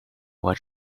what